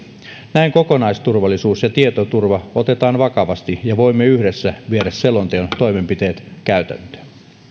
näin kokonaisturvallisuus ja tietoturva otetaan vakavasti ja voimme yhdessä viedä selonteon toimenpiteet käytäntöön